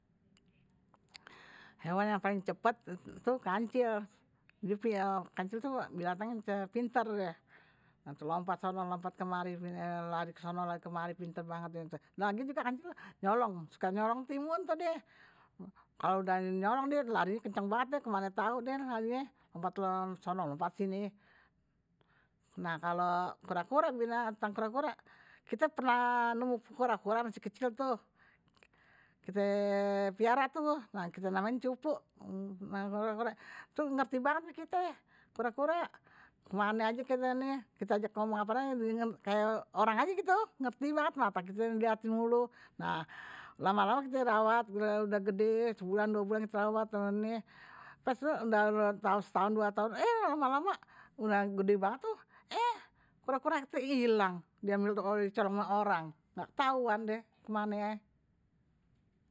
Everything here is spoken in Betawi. Hewan yang paling cepat tu kancil. Kancil tu keliatannye pintar deh. Lompat-lompat kemari, lari kemari, pintar banget. Lagi juga kancil nyolong. Suka nyolong timun tuh deh. Kalau udah nyolong dia lari kencang banget deh. Ke mana tahu deh. Lompat lompat sini. Nah, kalau kura-kura, binatang kura-kura, kite pernah nemu kura-kura masih kecil tuh. kite piara tuh. Nah, kite namain cupu. Tu ngerti banget nih kite. Kura-kura. Kemana aja kite nih. Kite aja ngomong kayak orang aja gtu. Ngerti banget. Mata kite yang dihati mulu. Nah, lama-lama kite rawat. Udah gede. Sebulan, dua bulan kite rawat. Pas tuh udah tau setahun, dua tahun. Eh, lama-lama udah gede banget tuh. Eh, kura-kura kite hilang. Dia colong ame orang, nggak tauan deh kemana.